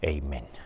Amen